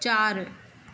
चारि